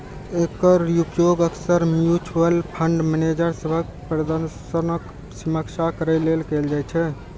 एकर उपयोग अक्सर mutual fund manager सभक प्रदर्शनक समीक्षा करै लेल कैल जाइ छै